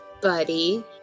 buddy